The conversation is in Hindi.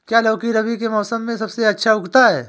क्या लौकी रबी के मौसम में सबसे अच्छा उगता है?